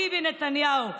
ביבי נתניהו.